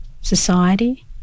society